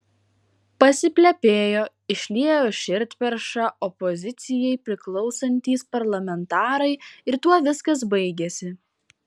pasiplepėjo išliejo širdperšą opozicijai priklausantys parlamentarai ir tuo viskas baigėsi